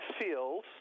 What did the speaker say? feels